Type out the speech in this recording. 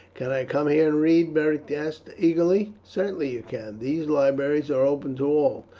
can i come here and read? beric asked eagerly. certainly you can, these libraries are open to all.